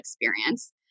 experience